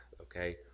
okay